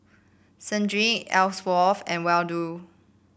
Sedrick Elsworth and Waldo